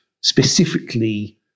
specifically